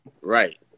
Right